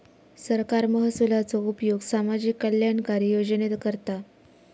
सरकार महसुलाचो उपयोग सामाजिक कल्याणकारी योजनेत करता